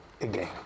Again